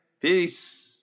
Peace